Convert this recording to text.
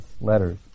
letters